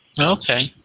Okay